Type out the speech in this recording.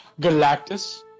Galactus